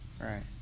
right